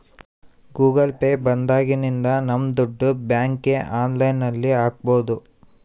Google Pay ಬಂದಾಗಿನಿಂದ ನಮ್ ದುಡ್ಡು ಬ್ಯಾಂಕ್ಗೆ ಆನ್ಲೈನ್ ಅಲ್ಲಿ ಹಾಕ್ಬೋದು